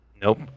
Nope